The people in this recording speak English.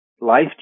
life